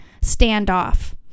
standoff